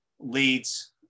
leads